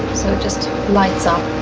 just lights up.